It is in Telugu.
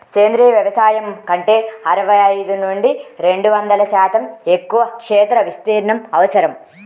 సేంద్రీయ వ్యవసాయం కంటే అరవై ఐదు నుండి రెండు వందల శాతం ఎక్కువ క్షేత్ర విస్తీర్ణం అవసరం